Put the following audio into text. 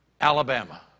Alabama